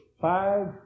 five